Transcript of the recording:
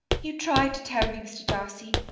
you tried to tell me, mr. darcy.